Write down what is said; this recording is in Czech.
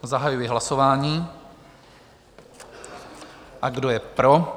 Zahajuji hlasování, a kdo je pro?